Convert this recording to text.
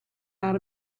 out